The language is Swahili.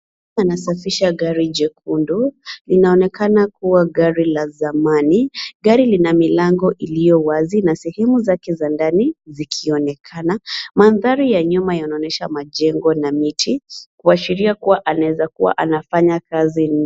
Anasafisha gari jekundu, linaonekana kuwa gari la zamani. Gari lina milango iliyo wazi, na sehemu zake za ndani zikionekana. Mandhari ya nyuma yanaonyesha majengo na miti, kuashiria kuwa anaeza kuwa anafanya kazi.